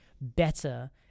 better